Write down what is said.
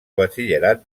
batxillerat